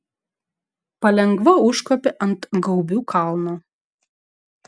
palengva užkopė ant gaubių kalno